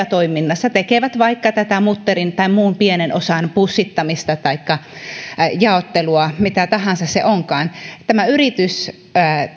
kohdalla jotka päivätoiminnassa tekevät vaikka tätä mutterin tai muun pienen osan pussittamista taikka jaottelua mitä tahansa se onkaan että tämä yritys